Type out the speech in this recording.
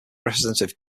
representative